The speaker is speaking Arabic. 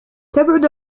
تبعد